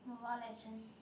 Mobile Legends